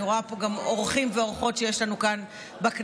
אני רואה פה גם אורחים ואורחות שיש לנו כאן בכנסת,